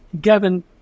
Gavin